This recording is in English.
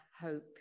hope